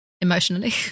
emotionally